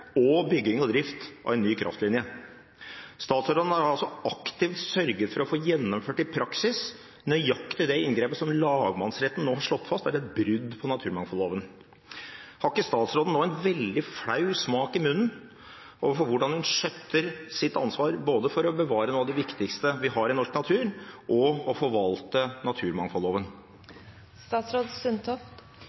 og bygging og drift av en ny kraftlinje. Statsråden har altså aktivt sørget for å få gjennomført i praksis nøyaktig det inngrepet som lagmannsretten nå har slått fast er et brudd på naturmangfoldloven. Har ikke statsråden nå en veldig flau smak i munnen overfor hvordan hun skjøtter sitt ansvar, både for å bevare noe av det viktigste vi har i norsk natur, og for å forvalte